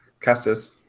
casters